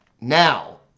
now